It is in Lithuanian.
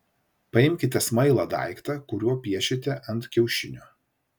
paimkite smailą daiktą kuriuo piešite ant kiaušinio